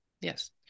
Yes